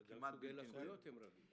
וגם לגבי לקויות הם מתווכחים ורבים.